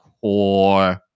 core